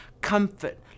comfort